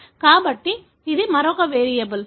కాబట్టి ఇది మరొక వేరియబుల్